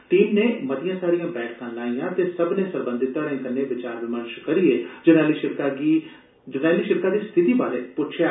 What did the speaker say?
team नै मतियां सारियां बैठकां लाइयां ते सब्बने सरबंधी धड़ें कन्ने बचार बमर्श करियै जरनैली सिड़क दी स्थिति बारे पुच्छेआ